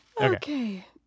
Okay